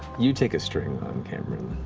you take a string on cameron.